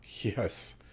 Yes